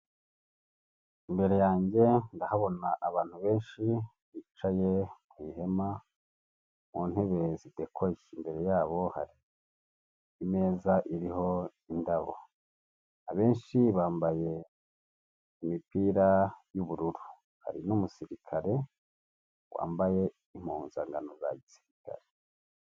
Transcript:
Imbere yanjye ndahabona abantu benshi bicaye mu ihema mu ntebe zidekoye, imbere yabo hari imeza iriho indabo, abenshi bambaye imipira y'ubururu hari n'umusirikare wambaye impunzankano za gisirikare.